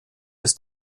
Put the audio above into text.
des